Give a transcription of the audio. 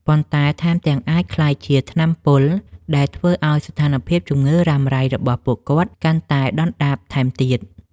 ប៉ុន្តែថែមទាំងអាចក្លាយជា ថ្នាំពុល ដែលធ្វើឱ្យស្ថានភាពជំងឺរ៉ាំរ៉ៃរបស់ពួកគាត់កាន់តែដុនដាបថែមទៀត។